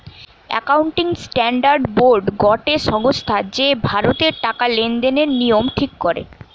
accounting standard board গটে সংস্থা যে ভারতের টাকা লেনদেনের নিয়ম ঠিক করে